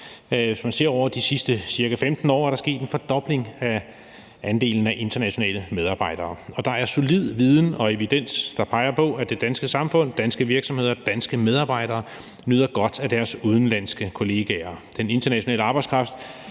Hvis man ser over de sidste ca. 15 år, er der sket en fordobling af andelen af internationale medarbejdere, og der er solid viden og evidens, der peger på, at det danske samfund, danske virksomheder, danske medarbejdere nyder godt af deres udenlandske kollegaer. Den internationale arbejdskraft